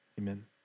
Amen